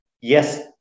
yes